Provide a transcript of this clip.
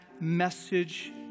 message